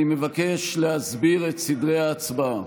אני מבקש להסביר את סדרי ההצבעה.